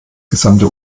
gesamte